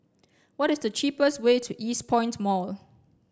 what is the cheapest way to Eastpoint Mall